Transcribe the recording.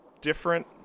different